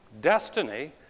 destiny